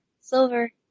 silver